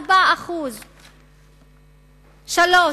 4%. הנתון השלישי: